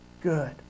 good